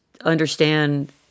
understand